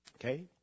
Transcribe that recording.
Okay